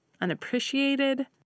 unappreciated